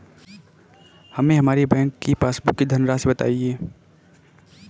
हमें हमारे बैंक की पासबुक की धन राशि बताइए